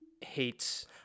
hates